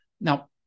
Now